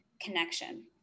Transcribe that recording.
connection